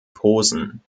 posen